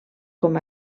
com